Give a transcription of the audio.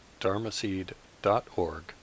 dharmaseed.org